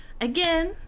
Again